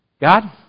God